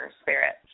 spirit